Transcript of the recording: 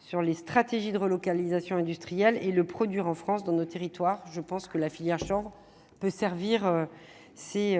sur les stratégies de relocalisation industrielle et le produire en France dans nos territoires, je pense que la filière chambre peut servir si